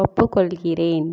ஒப்புக்கொள்கிறேன்